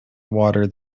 water